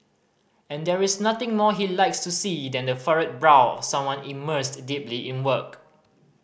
and there is nothing more he likes to see than the furrowed brow of someone immersed deeply in work